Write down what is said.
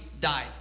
died